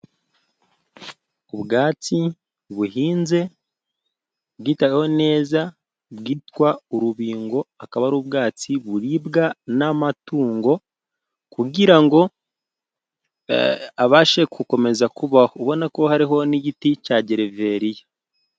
Ubwatsi buhinze bwitaweho neza bwitwa urubingo, akaba ari ubwatsi buribwa n'amatungo kugira ngo abashe gukomeza kubaho, ubona ko hariho n'igiti cya gereveriya.